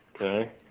Okay